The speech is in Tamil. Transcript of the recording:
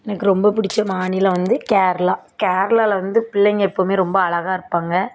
எனக்கு ரொம்ப பிடிச்ச மாநிலம் வந்து கேரளா கேரளாவில் வந்து பிள்ளைங்க எப்பவும் ரொம்ப அழகா இருப்பாங்க